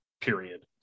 period